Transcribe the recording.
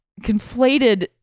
conflated